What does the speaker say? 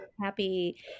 happy